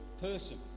person